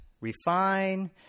refine